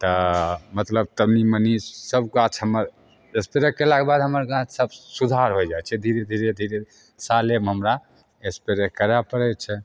तऽ मतलब तनी मनि सब गाछ हमर स्प्रे कयलाके बाद हमर गाछ सब सुधार होइ जाइ छै धीरे धीरे धीरे धीरे सालेमे हमरा स्प्रे करऽ पड़य छै